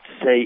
say